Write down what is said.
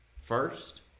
First